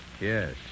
Yes